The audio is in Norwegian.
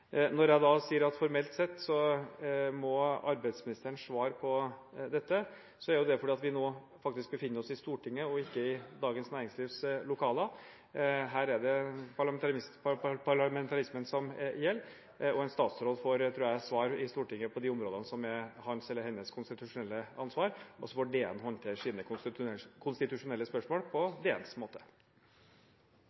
Når jeg sier at formelt sett må arbeidsministeren svare på dette, så er det fordi vi nå faktisk befinner oss i Stortinget og ikke i Dagens Næringslivs lokaler. Her er det parlamentarismen som gjelder, og en statsråd får svare i Stortinget på de områdene som er hans eller hennes konstitusjonelle ansvar, og så får DN håndtere sine konstitusjonelle spørsmål på